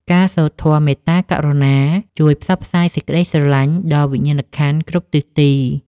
ការសូត្រធម៌មេត្តាករុណា ជួយផ្សព្វផ្សាយសេចក្ដីស្រឡាញ់ដល់វិញ្ញាណក្ខន្ធគ្រប់ទិសទី។